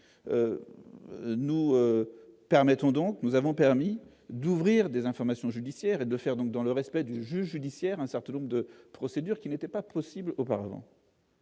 nous avons permis d'ouvrir des informations judiciaires et de faire donc dans le respect du juge judiciaire un certain nombre de procédures qui n'était pas possible auparavant.